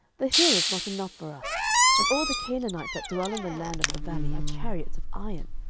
the hill is not enough for us and all the canaanites that dwell in the land of the valley have chariots of iron,